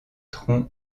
troncs